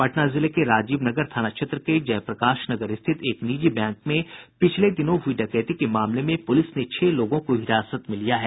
पटना जिले के राजीवनगर थाना क्षेत्र के जयप्रकाश नगर स्थित एक निजी बैंक में पिछले दिनों हुयी डकैती के मामले में पुलिस ने छह लोगों को हिरासत में लिया है